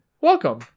welcome